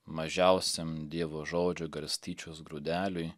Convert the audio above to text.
mažiausiam dievo žodžiui garstyčios grūdeliui